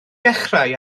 dechrau